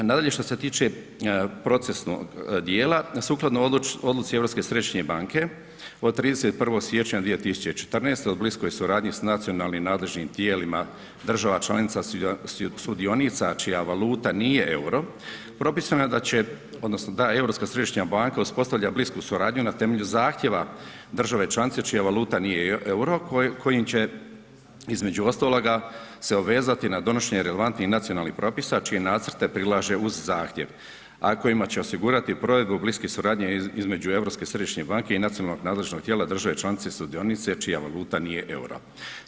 Nadalje, što se tiče procesnog dijela, sukladno odluci Europske središnje banke od 31. siječnja 2014. o bliskoj suradnji s nacionalnim nadležnim tijelima država članica sudionica čija valuta nije EUR-o, propisano je da će odnosno da Europska središnja banka uspostavlja blisku suradnju na temelju zahtjeva države članice čija valuta nije EUR-o kojim će između ostaloga se obvezati na donošenje relevantnih nacionalnih propisa čije nacrte prilaže uz zahtjev, a kojima će osigurati provedbu bliske suradnje između Europske središnje banke i nacionalnog nadležnog tijela države članice sudionice čija valuta nije EUR-o.